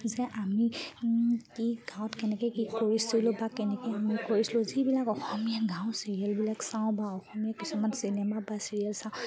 যে আমি কি গাঁৱত কেনেকৈ কি কৰিছিলোঁ বা কেনেকৈ আমি কৰিছিলোঁ যিবিলাক অসমীয়া গাঁও চিৰিয়েলবিলাক চাওঁ বা অসমীয়া কিছুমান চিনেমা বা চিৰিয়েল চাওঁ